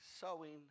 sowing